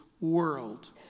world